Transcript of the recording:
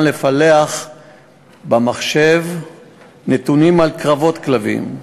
לפלח במחשב נתונים על קרבות כלבים.